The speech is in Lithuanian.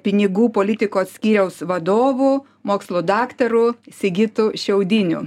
pinigų politikos skyriaus vadovu mokslų daktaru sigitu šiaudiniu